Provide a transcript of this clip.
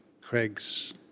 craig's